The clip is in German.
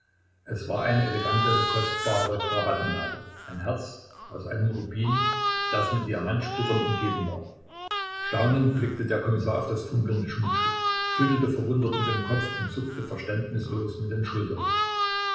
es war eine elegante kostbare krawattennadel ein herz aus einem rubin das mit diamantsplittern umgeben war staunend blickte der kommissar auf das funkelnde schmuckstück schüttelte verwundert mit dem kopf und zuckte verständnislos mit den schultern